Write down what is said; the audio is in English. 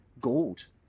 gold